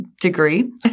degree